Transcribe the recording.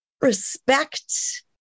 respect